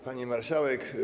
Pani Marszałek!